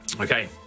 Okay